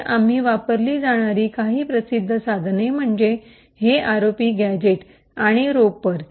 तर आम्ही वापरली जाणारी काही प्रसिद्ध साधने म्हणजे हे आरओपी गॅझेट आणि रोपर